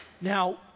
Now